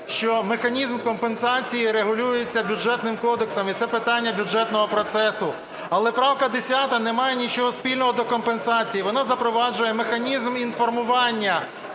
що механізм компенсації регулюється Бюджетним кодексом і це питання бюджетного процесу. Але правка 10 не має нічого спільного до компенсації. Вона запроваджує механізм інформування